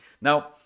Now